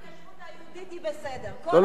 רק ההתיישבות היהודית היא בסדר, כל